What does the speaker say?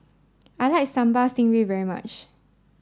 I like Sambal Stingray very much